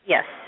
Yes